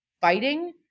fighting